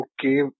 okay